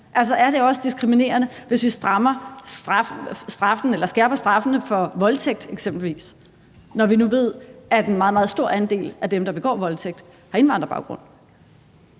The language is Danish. Altså, er det også diskriminerende, hvis vi skærper straffene for eksempelvis voldtægt, når vi nu ved, at en meget, meget stor andel af dem, der begår voldtægt, har indvandrerbaggrund?